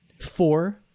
Four